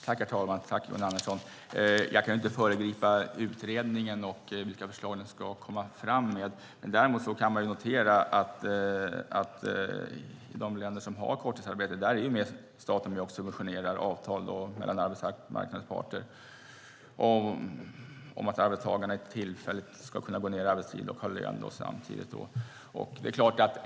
Herr talman! Jag kan inte föregripa utredningen och vilka förslag den ska komma fram med. Däremot kan jag notera att i de länder som har korttidsarbete är staten med och subventionerar avtal mellan arbetsmarknadens parter om att arbetstagarna tillfälligt ska kunna gå ned i arbetstid och ha lön samtidigt.